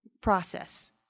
process